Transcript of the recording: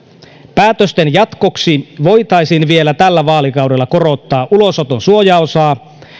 päätösten jatkoksi voitaisiin vielä tällä vaalikaudella korottaa ulosoton suojaosaa